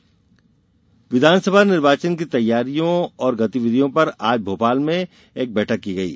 निर्वाचन विधानसभा निर्वाचन की तैयारियों और गतिविधियों पर आज भोपाल में बैठक की गयी